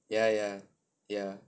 ya ya ya